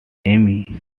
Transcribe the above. amy